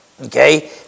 Okay